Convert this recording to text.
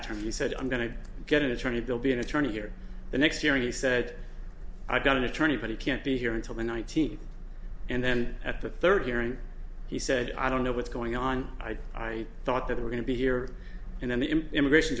attorney said i'm going to get an attorney bill be an attorney or the next year and he said i've got an attorney but he can't be here until the nineteenth and then at the third hearing he said i don't know what's going on i thought that we're going to be here and then the immigration